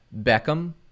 Beckham